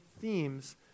themes